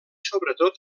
sobretot